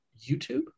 YouTube